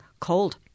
cold